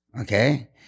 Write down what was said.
Okay